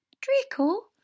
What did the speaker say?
Draco